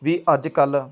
ਵੀ ਅੱਜ ਕੱਲ੍ਹ